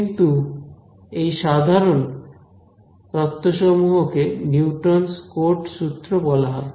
কিন্তু এই সাধারণ তত্ত্বসমূহ কে নিউটন কোটস সূত্র বলা হয়